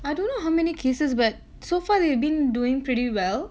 I don't know how many cases but so far they have been doing pretty well